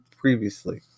previously